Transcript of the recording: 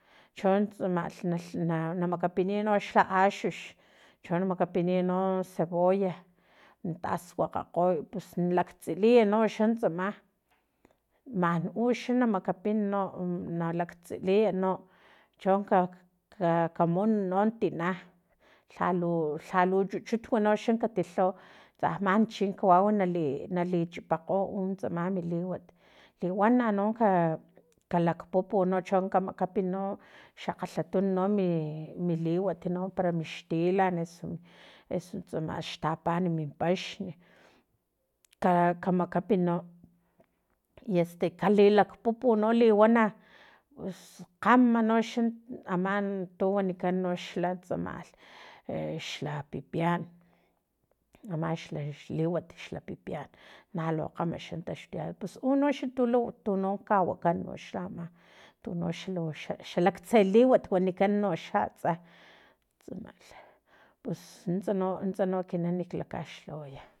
Chon tsamalh na na makapiniy noxa axux cho na makapiniy no cebolla tasuakgakgoy pus nalaktsiliy noxa tsama man uxa na makapin no nalaktsiliy no chon ka kamun no tina lhalu lhalu chuchut noxa katilhaw tsaman chi kawau nali nalichipakgo tsama mi liwat liwana no ka kalakpupu no cho kamakapi no xakgalhatunu no mi liwat no para mixtilan esu esu tsama xtapan min paxn ka kamakapi no i este kalilakpupu no liwana pus kgama noxa aman tu wanikan xla tsam exla pipian ama xla xla liwat xla pipian na lu kgama no xa taxtuyacha pus uno xa tulu tuno kawakan noxla ama tunoxla xalaktse liwat wanikan noxa atsa tsamalh pus nuntsa nuntsa no ekinan lakaxlhawaya